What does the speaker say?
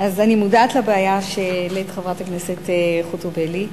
מודעת לבעיה שהעלית, חברת הכנסת חוטובלי.